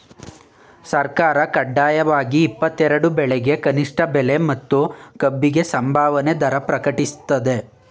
ಸರ್ಕಾರ ಕಡ್ಡಾಯವಾಗಿ ಇಪ್ಪತ್ತೆರೆಡು ಬೆಳೆಗೆ ಕನಿಷ್ಠ ಬೆಲೆ ಮತ್ತು ಕಬ್ಬಿಗೆ ಸಂಭಾವನೆ ದರ ಪ್ರಕಟಿಸ್ತದೆ